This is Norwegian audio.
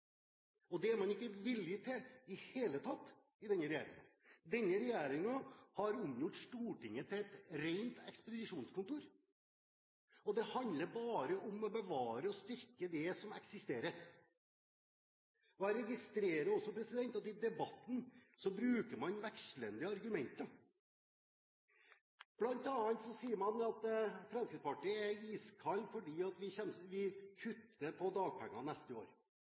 Og det er man ikke villig til i det hele tatt i denne regjeringen. Denne regjeringen har omgjort Stortinget til et rent ekspedisjonskontor, og det handler bare om å bevare og styrke det som eksisterer. Jeg registrerer også at i debatten bruker man vekslende argumenter. Blant annet sier man at man i Fremskrittspartiet er iskalde fordi vi kutter i dagpenger neste år